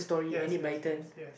yes yes yes ya